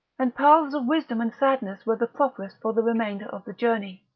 and paths of wisdom and sadness were the properest for the remainder of the journey.